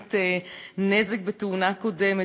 גורמת נזק בתאונה קודמת,